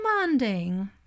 demanding